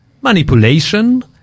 manipulation